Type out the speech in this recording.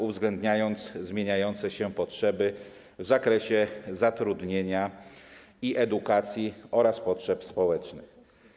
uwzględniając zmieniające się potrzeby w zakresie zatrudnienia i edukacji oraz potrzeb społecznych.